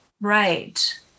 right